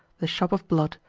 the shop of blood,